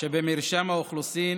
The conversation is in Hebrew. שבמרשם האוכלוסין